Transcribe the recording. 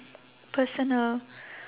personal